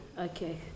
Okay